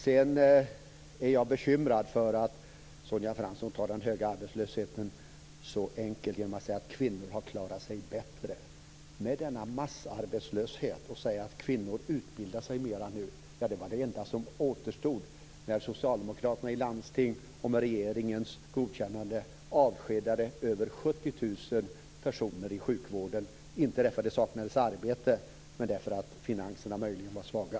Jag är bekymrad över att Sonja Fransson tar den höga arbetslösheten så enkelt att hon säger att kvinnorna har klarat sig bättre. Att kvinnor i rådande massarbetslöshet skulle utbilda sig mera var den enda åtgärd som återstod när socialdemokraterna i landstingen med regeringens godkännande avskedade över 70 000 personer i sjukvården, inte därför att det saknades arbete utan möjligen därför att finanserna var svaga.